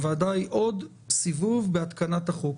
הוועדה היא עוד סיבוב בהתקנת החוק.